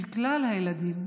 לכלל הילדים,